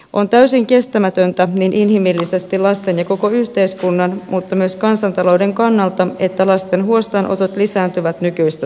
on täysin kestämätöntä niin inhimillisesti lasten ja koko yhteiskunnan mutta myös kansantalouden kannalta että lasten huostaanotot lisääntyvät nykyistä tahtia